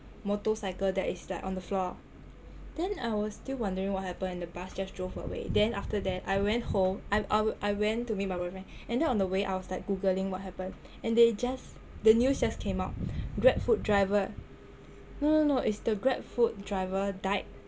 motorcycle that is like on the floor then I was still wondering what happened and the bus just drove away then after that I went home I w~ I went to meet my boyfriend and then on the way I was like googling what happened and they just the news just came out Grab food driver no no no it's the Grab food driver died